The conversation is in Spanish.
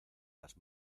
las